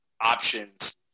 options